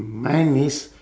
mine is